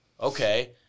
Okay